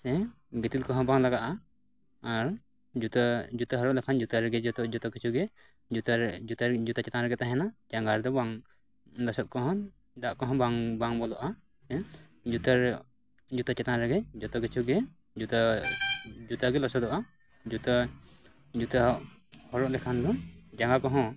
ᱥᱮ ᱜᱤᱛᱤᱞ ᱠᱚᱦᱚᱸ ᱵᱟᱝ ᱞᱟᱜᱟᱜᱼᱟ ᱟᱨ ᱡᱩᱛᱟᱹ ᱡᱩᱛᱟᱹ ᱦᱚᱨᱚᱜ ᱞᱮᱠᱷᱟᱱ ᱡᱩᱛᱟᱹ ᱨᱮᱜᱮ ᱡᱚᱛᱚ ᱡᱚᱛᱚ ᱠᱤᱪᱷᱩ ᱜᱮ ᱡᱩᱛᱟᱹ ᱨᱮ ᱡᱩᱛᱟᱹ ᱨᱮ ᱡᱩᱛᱟᱹ ᱪᱮᱛᱟᱱ ᱨᱮᱜᱮ ᱛᱟᱦᱮᱱᱟ ᱡᱟᱸᱜᱟ ᱨᱮᱫᱚ ᱵᱟᱢ ᱞᱚᱥᱚᱫ ᱠᱚᱦᱚᱸ ᱫᱟᱜ ᱠᱚᱦᱚᱸ ᱵᱟᱝ ᱵᱟᱝ ᱵᱚᱞᱚᱜᱼᱟ ᱥᱮ ᱡᱩᱛᱟᱹᱨᱮ ᱡᱩᱛᱟᱹ ᱪᱮᱛᱟᱱ ᱨᱮᱜᱮ ᱡᱚᱛᱚ ᱠᱤᱪᱷᱩᱜᱮ ᱡᱩᱛᱟᱹ ᱡᱩᱛᱟᱹᱜᱮ ᱞᱚᱥᱚᱫᱚᱜᱼᱟ ᱡᱩᱛᱟᱹ ᱡᱩᱛᱟᱹ ᱦᱚᱨᱚᱜ ᱞᱮᱠᱷᱟᱱ ᱫᱚ ᱡᱟᱸᱜᱟ ᱠᱚᱦᱚᱸ